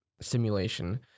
simulation